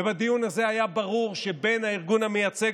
ובדיון הזה היה ברור שבין הארגון המייצג